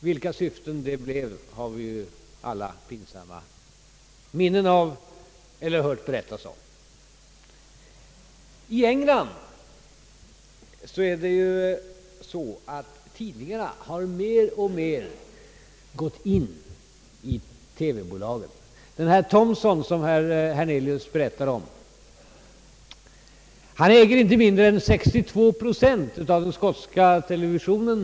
Vi har pinsamma minnen av just detta arbete och dessa syften! I England har tidningarna mer och mer gått in i TV-bolagen. Thomson, som herr Hernelius berättade om, äger inte mindre än 62 procent av aktierna i den skotska televisionen.